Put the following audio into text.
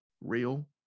real